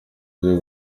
ryo